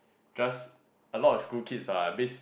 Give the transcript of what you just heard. just a lot of school kids ah this